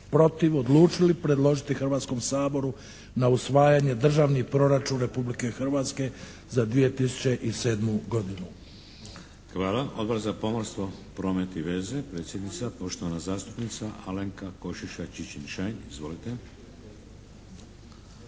protiv odlučili predložiti Hrvatskom saboru na usvajanje Državni proračun Republike Hrvatske za 2007. godinu. **Šeks, Vladimir (HDZ)** Hvala. Odbor za pomorstvo, promet i veze predsjednica poštovana zastupnica Alenka Košiša Čičin-Šain. Izvolite!